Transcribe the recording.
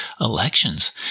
elections